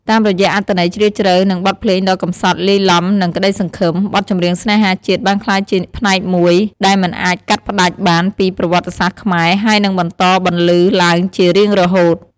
តាមរយៈអត្ថន័យជ្រាលជ្រៅ និងបទភ្លេងដ៏កំសត់លាយឡំនឹងក្តីសង្ឃឹម បទចម្រៀងស្នេហាជាតិបានក្លាយជាផ្នែកមួយដែលមិនអាចកាត់ផ្ដាច់បានពីប្រវត្តិសាស្ត្រខ្មែរ ហើយនឹងបន្តបន្លឺឡើងជារៀងរហូត។